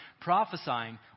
prophesying